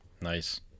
Nice